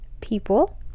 people